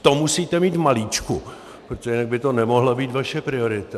To musíte mít v malíčku, protože jinak by to nemohla být vaše priorita.